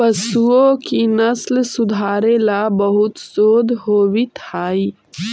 पशुओं की नस्ल सुधारे ला बहुत शोध होवित हाई